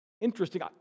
Interesting